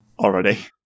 already